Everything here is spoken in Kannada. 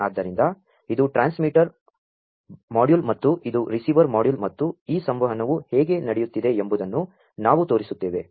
ಆದ್ದರಿಂ ದ ಇದು transmitter module ಮತ್ತು ಇದು receiver module ಮತ್ತು ಈ ಸಂ ವಹನವು ಹೇ ಗೆ ನಡೆಯು ತ್ತಿದೆ ಎಂ ಬು ದನ್ನು ನಾ ವು ತೋ ರಿಸು ತ್ತೇ ವೆ